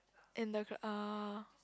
and the uh